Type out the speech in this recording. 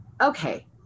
okay